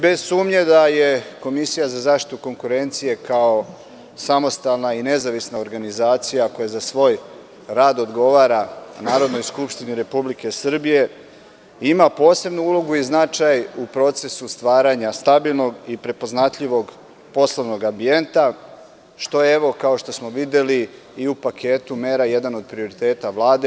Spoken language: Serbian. Bez sumnje da je Komisija za zaštitu konkurencije kao samostalna i nezavisna organizacija koja za svoj rad odgovara Narodnoj Skupštini Republike Srbije, ima posebnu ulogu i značaj u procesu stvaranja stabilnog i prepoznatljivog poslovnog ambijenta, što je kao što smo videlu u paketu mera, jedan od prioriteta Vlade.